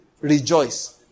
rejoice